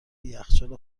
یخچال